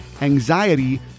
anxiety